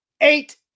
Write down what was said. eight